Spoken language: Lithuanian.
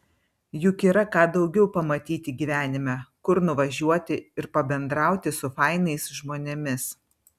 juk yra ką daugiau pamatyti gyvenime kur nuvažiuoti ir pabendrauti su fainais žmonėmis